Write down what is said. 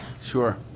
Sure